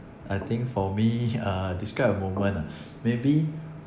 I think for me uh describe a moment ah maybe